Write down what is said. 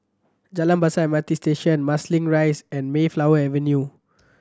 Jalan Besar M R T Station Marsiling Rise and Mayflower Avenue